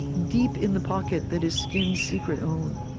deep in the pocket that is skin's secret own.